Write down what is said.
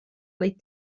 les